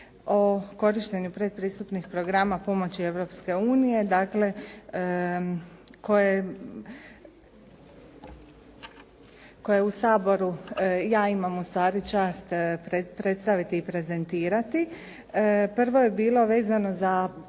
o korištenju prepristupnih programa pomoći Europske unije koje u Saboru ja imam ustvari čast predstaviti i prezentirati. Prvo je bilo vezano za